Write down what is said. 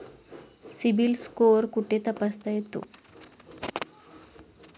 CIBIL score कुठे तपासता येतो?